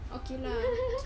okay lah